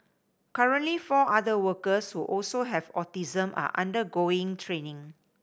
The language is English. currently four other workers who also have autism are undergoing training